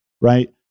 right